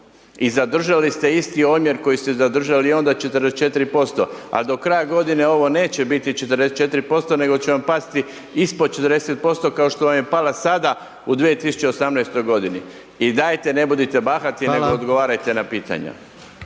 i zadržali ste isti omjer koji ste zadržali onda 44% ali do kraja godine ovo neće biti 44% nego ćemo pasti ispod 40% kao što vam je pala sada u 2018. godini. I dajte ne budite bahati nego odgovarajte na pitanja.